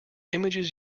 images